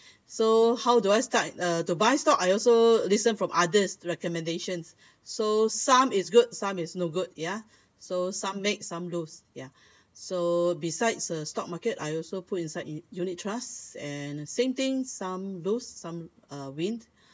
so how did I start uh to buy stock I also listened from others recommendations so some is good some is no good ya so some make some lose yeah so besides the stock market I also put inside in unit trusts and same thing some lose some uh win